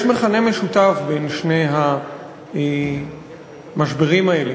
יש מכנה משותף בין שני המשברים האלה,